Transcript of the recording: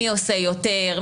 מי עושה יותר?